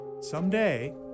Someday